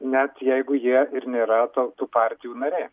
net jeigu jie ir nėra to tų partijų nariai